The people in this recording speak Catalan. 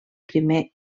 primer